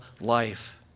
life